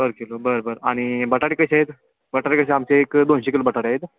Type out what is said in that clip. पर kilo बरं बरं आणि बटाटे कसे आहेत बटाटे कसे आमचे एक दोनशे किलो बटाटे आहेत